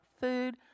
food